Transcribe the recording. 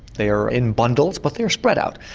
they are in bundles but they're spread out.